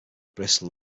bristol